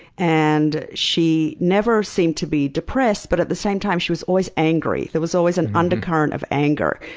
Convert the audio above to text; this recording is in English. and she never seemed to be depressed, but at the same time she was always angry. there was always an undercurrent of anger.